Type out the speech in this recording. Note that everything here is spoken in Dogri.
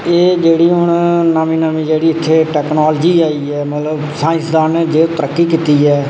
एह् जेह्ड़ी हून नमीं नमीं जेह्ड़ी इत्थै टैक्नॉलजी आई ऐ मतलब साईंसदानें जेह्ड़ी तरक्की कीती ऐ